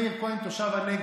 מאיר כהן תושב הנגב,